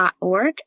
org